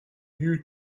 you